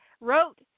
wrote